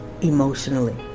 emotionally